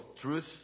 truth